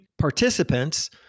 participants